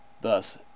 Thus